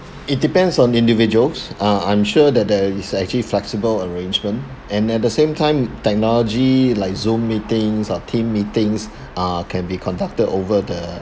it depends on individuals uh I'm sure that there is actually flexible arrangement and at the same time technology like Zoom meetings or team meetings uh can be conducted over the